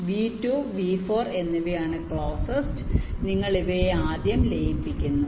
V2 V4 എന്നിവയാണ് closest നിങ്ങൾ ഇവ ആദ്യം ലയിപ്പിക്കുന്നു